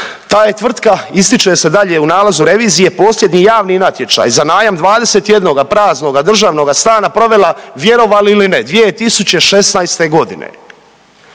Ta je tvrtka ističe se dalje u nalazu revizije posljednji javni natječaj za najam 21 praznoga državnog stana provela vjerovali ili ne 2016. godine,